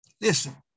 Listen